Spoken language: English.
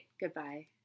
Goodbye